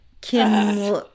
Kim